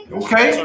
okay